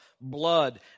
blood